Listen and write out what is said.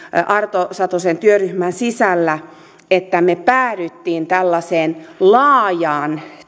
arto satosen työryhmän sisällä että me päädyimme tällaiseen laajaan